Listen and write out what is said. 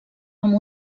amb